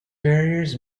barriers